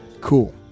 Cool